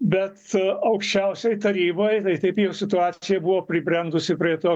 bet aukščiausioj taryboj tai taip jau situacija buvo pribrendusi prie to